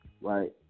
right